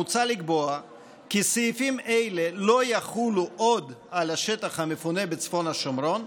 מוצע לקבוע כי סעיפים אלה לא יחולו עוד על השטח המפונה בצפון השומרון,